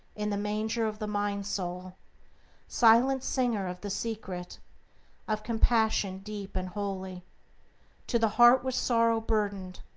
in the manger of the mind-soul silent singer of the secret of compassion deep and holy to the heart with sorrow burdened,